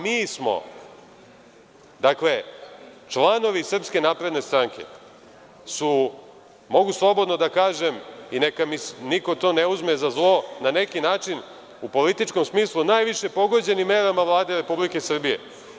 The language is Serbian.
Mi smo, članovi SNS su, mogu slobodno da kažem i neka mi niko to ne uzme za zlo, na neki način u političkom smislu najviše pogođeni merama Vlade Republike Srbije.